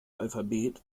alphabet